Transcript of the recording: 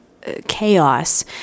chaos